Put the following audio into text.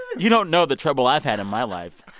you don't know the trouble i've had in my life.